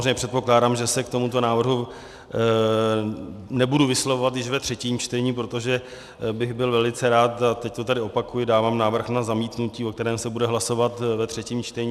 A samozřejmě předpokládám, že se k tomuto návrhu nebudu vyslovovat již ve třetím čtení, protože bych byl velice rád a teď to tady opakuji: dávám návrh na zamítnutí, o kterém se bude hlasovat ve třetím čtení.